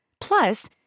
Plus